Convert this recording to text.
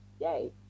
yay